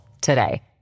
today